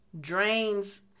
drains